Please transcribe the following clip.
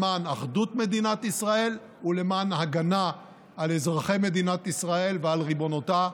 למען אחדות מדינת ישראל ולמען ההגנה על אזרחי מדינת ישראל ועל ריבונותה.